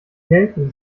nelken